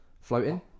floating